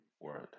word